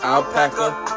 Alpaca